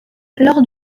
lors